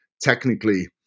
technically